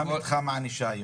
מה מתחם הענישה היום?